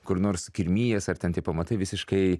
kur nors kirmijęs ar ten tie pamatai visiškai